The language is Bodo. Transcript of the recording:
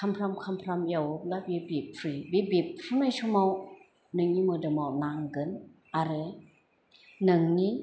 खामफ्राम खामफ्राम एवोब्ला बे बेथफ्रुयो बे बेथफ्रुनाय समाव नोंनि मोदोमाव नांगोन आरो नोंनि